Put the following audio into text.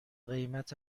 قیمت